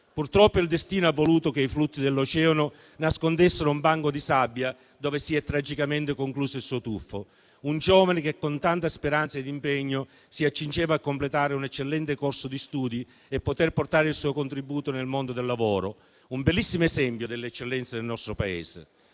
Purtroppo il destino ha voluto che i flutti dell'oceano nascondessero un banco di sabbia, dove si è tragicamente concluso il suo tuffo. Un giovane che, con tanta speranza ed impegno, si accingeva a completare un eccellente corso di studi, per poter portare il suo contributo nel mondo del lavoro. Un bellissimo esempio delle eccellenze del nostro Paese.